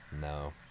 No